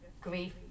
grief